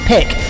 Pick